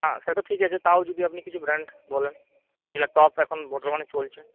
হ্যাঁ সে তো ঠিক আছে তাও যদি আপনি কিছু ব্র্যান্ড বলেন যেটা টপ এখন বর্তমানে চলছে